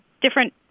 different